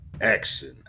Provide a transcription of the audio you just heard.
action